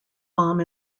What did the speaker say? bomb